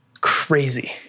crazy